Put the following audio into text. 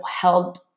held